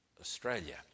Australia